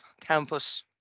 campus